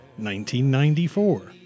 1994